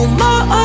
more